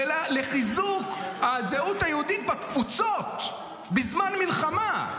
ולחיזוק הזהות היהודית בתפוצות בזמן מלחמה,